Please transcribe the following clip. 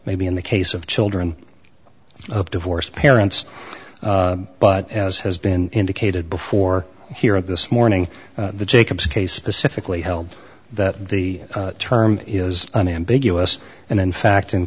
maybe in the case of children of divorced parents but as has been indicated before here at this morning the jacobs case pacifically held that the term is unambiguous and in fact in